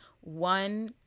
one